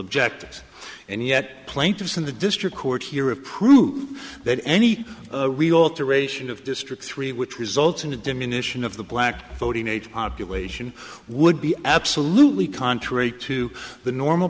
objectives and yet plaintiffs in the district courts here approve that any alteration of district three which results in a diminishing of the black voting age population would be absolutely contrary to the normal